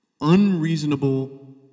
Unreasonable